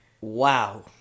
Wow